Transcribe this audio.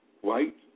white